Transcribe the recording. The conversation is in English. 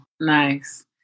Nice